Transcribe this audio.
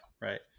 right